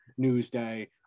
newsday